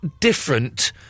different